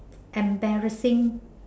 embarrassing